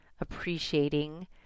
appreciating